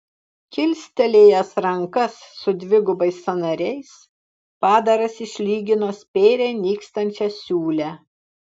kilstelėjęs rankas su dvigubais sąnariais padaras išlygino spėriai nykstančią siūlę